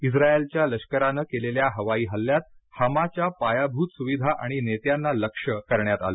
इस्राइलच्या लष्कराने केलेल्या हवाई हल्ल्यात हमाच्या पायाभूत सुविधा आणि नेत्यांना लक्ष्य करण्यात आलं